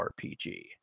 RPG